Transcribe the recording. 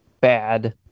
bad